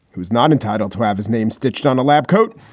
who is not entitled to have his name stitched on a lab coat,